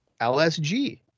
LSG